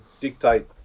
dictate